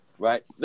right